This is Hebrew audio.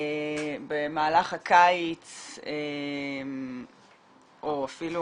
במהלך הקיץ או אפילו